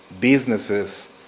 businesses